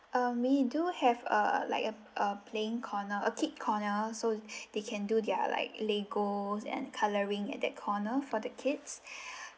um we do have a like a a playing corner a kid corner so they can do their like legos and colouring at that corner for the kids